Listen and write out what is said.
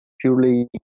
purely